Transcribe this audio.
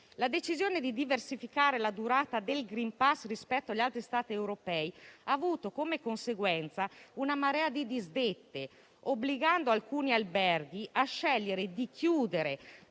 La decisione di diversificare la durata del *green pass* rispetto agli altri Stati europei ha avuto come conseguenza una marea di disdette, obbligando alcuni alberghi a chiudere